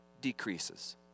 decreases